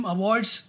Awards